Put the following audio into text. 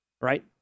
right